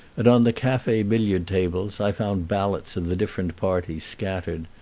and on the cafe billiard tables i found ballots of the different parties scattered.